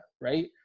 right